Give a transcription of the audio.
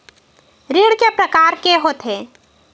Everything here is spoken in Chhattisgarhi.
ऋण के प्रकार के होथे?